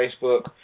Facebook